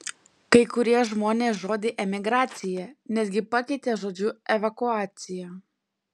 kai kurie žmonės žodį emigracija netgi pakeitė žodžiu evakuacija